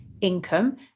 income